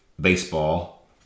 baseball